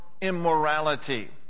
immorality